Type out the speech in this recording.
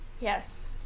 Yes